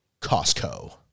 Costco